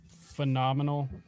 phenomenal